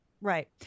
Right